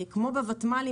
כמו בוותמ"לים,